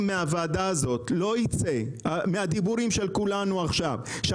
אם מהדיבורים של כולנו עכשיו בוועדה לא יצא